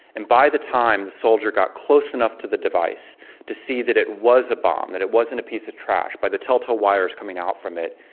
and by the time the soldier got close enough to the device to see that it was a bomb, that it wasn't a piece of trash, by the tell-tale wires coming out from it,